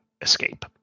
escape